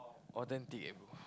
authentic eh bro